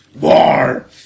war